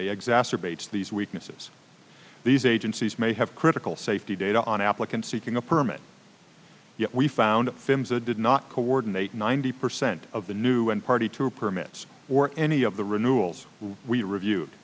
a exacerbates these weaknesses these agencies may have critical safety data on applicants seeking a permit yet we found finn's a did not coordinate ninety percent of the new and party two permits or any of the renewals we reviewed